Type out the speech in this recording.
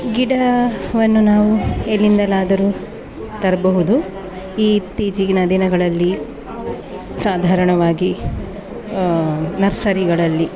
ಗಿಡವನ್ನು ನಾವು ಎಲ್ಲಿಂದಲಾದರೂ ತರಬಹುದು ಇತ್ತೀಚಿಗಿನ ದಿನಗಳಲ್ಲಿ ಸಾಧಾರಣವಾಗಿ ನರ್ಸರಿಗಳಲ್ಲಿ